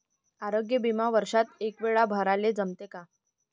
आरोग्य बिमा वर्षात एकवेळा भराले जमते का?